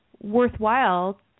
worthwhile